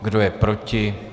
Kdo je proti?